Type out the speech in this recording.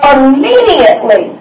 Immediately